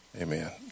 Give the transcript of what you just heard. amen